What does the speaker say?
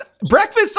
breakfast